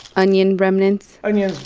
onion remnants onions,